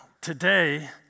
today